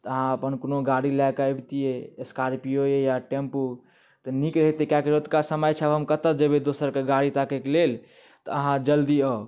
अहाँ अपन कोनो गाड़ी लए के अबतियै स्कार्पियोए या टेम्पू तऽ नीक रहितै किएकि रतुका समय छै आब हम कतऽ जयबै दोसरके गाड़ी ताकैके लेल आहाँ जल्दी आउ